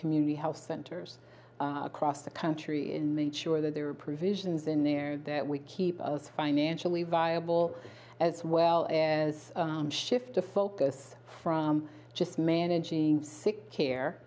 community health centers across the country in the sure that there are provisions in there that we keep us financially viable as well as shift the focus from just managing sick care